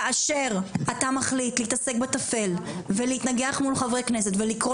כאשר אתה מחליט להתעסק בטפל ולהתנגח מול חברי כנסת ולקרוא